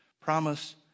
promise